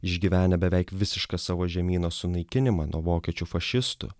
išgyvenę beveik visišką savo žemyno sunaikinimą nuo vokiečių fašistų